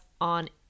on